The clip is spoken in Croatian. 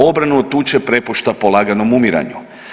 Obranu od tuče prepušta polaganom umiranju.